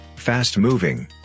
fast-moving